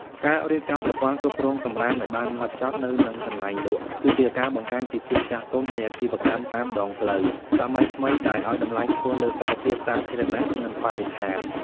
ការរៀបចំប្រព័ន្ធគ្រប់គ្រងសម្រាមឱ្យបានហ្មត់ចត់នៅនឹងកន្លែងលក់ គឺជាការបង្ហាញពីភាពចាស់ទុំនៃអាជីវកម្មតាមដងផ្លូវសម័យថ្មីដែលឱ្យតម្លៃខ្ពស់លើសុខភាពសាធារណៈ និងបរិស្ថាន។